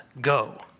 go